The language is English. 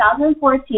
2014